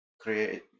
create